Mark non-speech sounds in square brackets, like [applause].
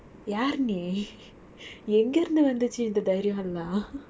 யாரு நீ:yaaru nee [laughs] எங்கே இருந்து வந்துச்சு இந்த தைரியம் எல்லாம்:yenge irunthu vanthuchu intha thairiyam ellam [laughs]